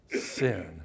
sin